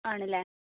ആണല്ലേ